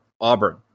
Auburn